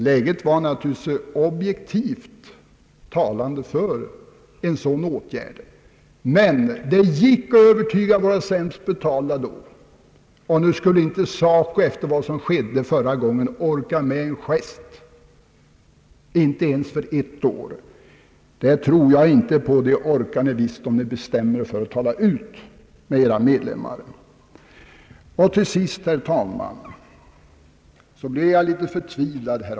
Läget talade naturligtvis objektivt för en sådan åtgärd, men det gick att övertyga våra sämst betalda då, och nu skulle inte SACO efter vad som skedde förra gången orka med en gest, inte ens för ett år. Det tror jag inte på! Det orkar ni visst om ni bestämmer er för att tala ut med era medlemmar. Till sist, herr talman, några ord om en annan sak. Häromdagen blev jag litet förtvivlad.